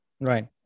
right